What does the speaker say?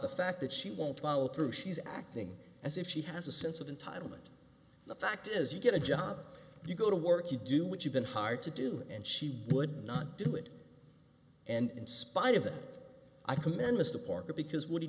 the fact that she won't follow through she's acting as if she has a sense of entitlement the fact is you get a job you go to work you do what you've been hired to do and she would not do it and in spite of it i commend mr parker because what he